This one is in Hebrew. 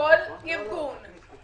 גם בקצבאות ילדים?